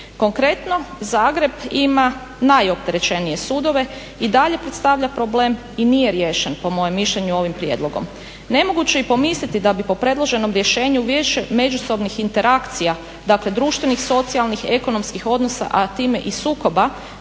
Konkretno Zagreb ima najopterećenije sudove i dalje predstavlja problem i nije riješen po mojem mišljenju ovim prijedlogom. Nemoguće je i pomisliti da bi po predloženom rješenju više međusobnih interakcija, dakle društvenih, socijalnih, ekonomskih odnosa a time i sukoba